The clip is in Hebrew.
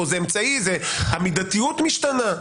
זה אמצעי, המידתיות משתנה.